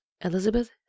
Elizabeth